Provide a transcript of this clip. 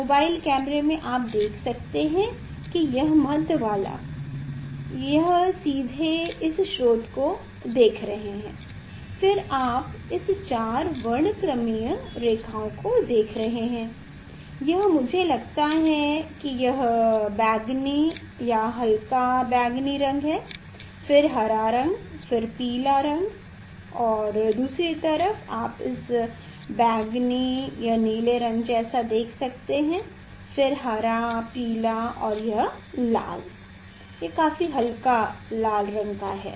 mobile कैमरे में आप देख सकते हैं कि यह मध्य वाला यह सीधे इस स्रोत को देख रहे हैं फिर आप इस चार वर्णक्रमीय रेखाओं को देख रहे हैं यह मुझे लगता है कि यह बैंगनी या हल्का बैंगनी रंग है फिर हरा रंग फिर पीला रंग और दूसरी तरफ आप इस बैंगनी या नीले रंग जैसा देख सकते हैं और फिर हरा और फिर पीला रंग और फिर यह लाल यह काफी हल्का लाल रंग का है